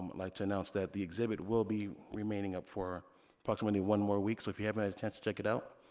like to announce that the exhibit will be remaining up for approximately one more week, so if you haven't had a chance to check it out,